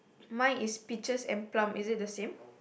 mine is peaches and plum is it the same